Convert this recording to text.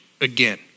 again